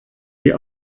die